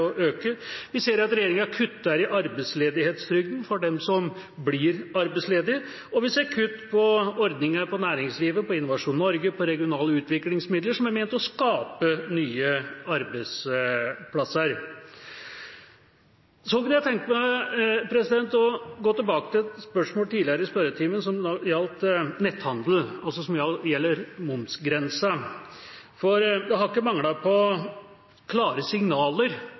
Vi ser at regjeringa kutter i arbeidsledighetstrygda for dem som blir arbeidsledige, og vi ser kutt i ordninger i næringslivet, i Innovasjon Norge, i regional- og utviklingsmidler som er ment å skape nye arbeidsplasser. Så kunne jeg tenke meg å gå tilbake til et spørsmål som ble stilt tidligere i spørretimen, og som gjelder momsgrensen i netthandel. Det har ikke manglet på klare signaler